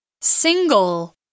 Single